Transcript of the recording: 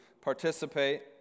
participate